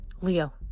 Leo